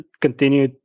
continue